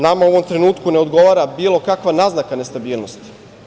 Nama u ovom trenutku ne odgovara bilo kakva naznaka nestabilnosti.